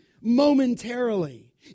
momentarily